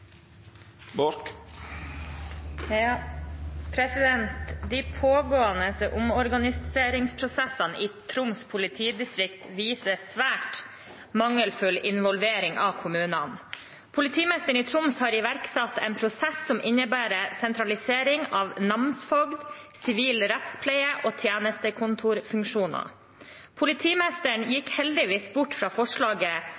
nær sagt, de vanlige sakene, hvor man kan følge standardiserte skjemaer på en helt annen måte. «De pågående omorganiseringsprosessene i Troms politidistrikt viser svært mangelfull involvering av kommunene. Politimesteren i Troms har iverksatt en prosess som innebærer sentralisering av namsfogd, sivil rettspleie